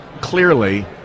clearly